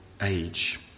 age